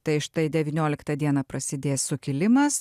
tai štai devynioliktą dieną prasidės sukilimas